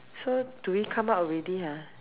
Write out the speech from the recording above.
so do we come out already ah